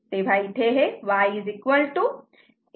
तेव्हा इथे हे y 11